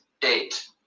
date